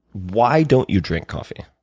why don't you drink coffee?